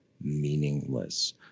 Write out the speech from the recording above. meaningless